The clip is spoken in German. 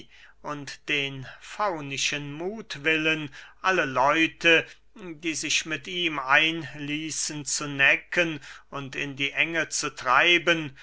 und den faunischen muthwillen alle leute die sich mit ihm einließen zu necken und in die enge zu treiben